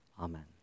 Amen